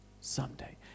Someday